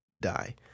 die